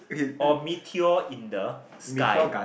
oh Meteor in the sky